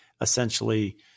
essentially